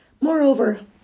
Moreover